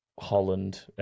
holland